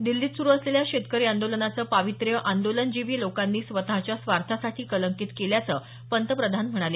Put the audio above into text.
दिछीत सुरू असलेल्या शेतकरी आंदोलनाचं पावित्र्य आंदोलनजीवी लोकांनी स्वतच्या स्वार्थासाठी कलंकित केल्याचं पंतप्रधान म्हणाले